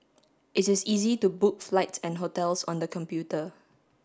it is easy to book flights and hotels on the computer